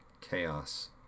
Chaos